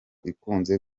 ikunze